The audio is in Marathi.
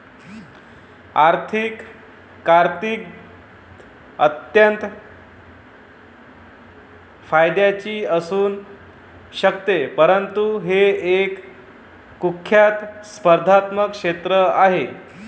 आर्थिक कारकीर्द अत्यंत फायद्याची असू शकते परंतु हे एक कुख्यात स्पर्धात्मक क्षेत्र आहे